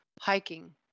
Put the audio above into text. hiking